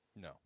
No